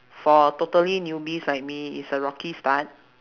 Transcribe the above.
for totally newbies like me it's a rocky start